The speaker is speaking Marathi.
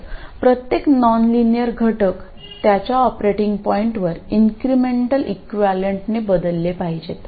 तर प्रत्येक नॉनलिनियर घटक त्याच्या ऑपरेटिंग पॉइंटवर इन्क्रिमेंटल इक्विवलेंटने बदलले पाहिजेत